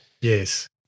Yes